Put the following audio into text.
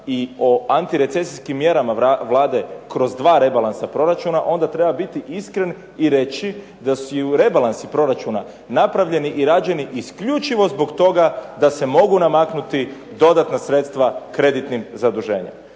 i o antirecesijskim mjerama vlade kroz dva rebalansa proračuna, onda treba biti iskren i reći da su i rebalansi proračuna napravljeni i rađeni isključivo zbog toga da se mogu namaknuti dodatna sredstva kreditnim zaduženjem.